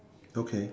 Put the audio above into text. okay